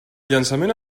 llançament